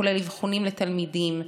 כולל אבחונים לתלמידים,